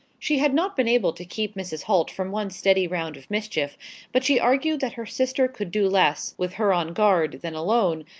she had not been able to keep mrs. holt from one steady round of mischief but she argued that her sister could do less, with her on guard, than alone,